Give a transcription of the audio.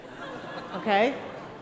Okay